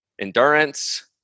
endurance